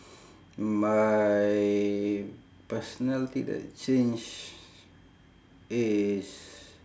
my personality that change is